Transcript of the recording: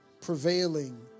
prevailing